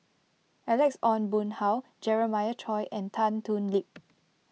Alex Ong Boon Hau Jeremiah Choy and Tan Thoon Lip